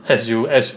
as you as